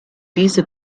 diese